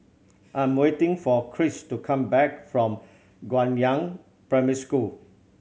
I'm waiting for Chris to come back from Guangyang Primary School